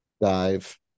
dive